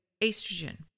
estrogen